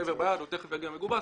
ושבר ביד, הוא תיכף יגיע מגובס,